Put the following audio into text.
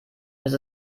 dass